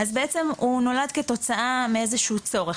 אז בעצם הוא נולד כתוצאה מאיזה שהוא צורך,